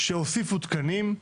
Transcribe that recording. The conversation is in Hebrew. שהוסיפו תקנים,